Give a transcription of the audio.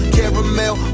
Caramel